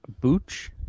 Booch